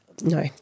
no